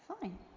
fine